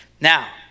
Now